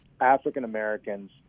African-Americans